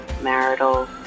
marital